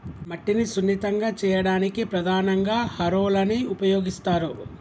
మట్టిని సున్నితంగా చేయడానికి ప్రధానంగా హారోలని ఉపయోగిస్తరు